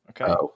Okay